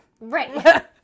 Right